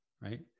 right